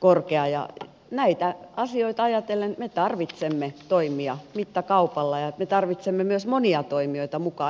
korkea ja näitä asioita ajatellen me tarvitsemme toimia mittakaupalla ja me tarvitsemme myös monia toimijoita mukaan